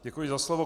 Děkuji za slovo.